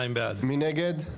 2 נגד,